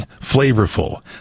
flavorful